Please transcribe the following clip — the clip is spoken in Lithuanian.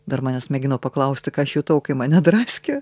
dar manęs mėgino paklausti ką aš jutau kai mane draskė